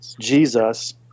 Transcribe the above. Jesus